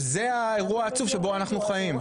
וזה האירוע העצוב שבו אנחנו חיים.